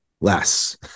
less